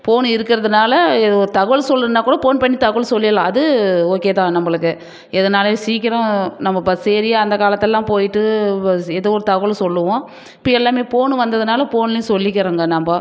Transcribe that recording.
போனு இருக்கறதுனால் ஒரு தகவல் சொல்லணுன்னால் கூட போன் பண்ணி தகவல் சொல்லிடலாம் அது ஓகே தான் நம்மளுக்கு இதனால் சீக்கிரம் நம்ம பஸ் ஏறி அந்த காலத்துலலாம் போயிட்டு வ ஏதோ ஒரு தகவல் சொல்லுவோம் இப்போ எல்லாமே போனு வந்ததுனால் போன்லையும் சொல்லிக்கிறோங்க நம்ம